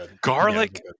garlic